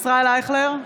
ישראל אייכלר,